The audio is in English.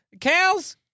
cows